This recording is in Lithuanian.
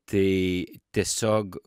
tai tiesiog